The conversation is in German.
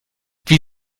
wie